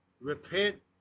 repent